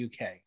UK